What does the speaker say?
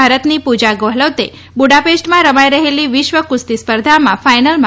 ભારતની પૂજા ગેહલોતે બુડાપેસ્ટમાં રમાઈ રહેલી વિશ્વ કુસ્તી સ્પર્ધામાં ફાઈનલમાં